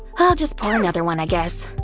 i'll just pour another one, i guess.